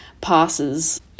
passes